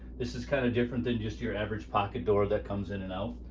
this is kind of different than just your average pocket door that comes in and out.